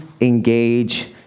engage